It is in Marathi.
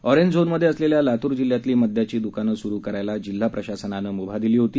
ऑरेंज झोनमध्ये असलेल्या लातूर जिल्ह्यातली मद्याची द्कानं सुरू करायला जिल्हा प्रशासनानं मुभा दिली होती